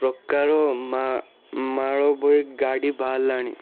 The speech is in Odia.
ପ୍ରକାର ମା ମାଳବୋହି ଗାଡ଼ି ବାହାରିଲାଣି